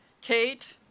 Kate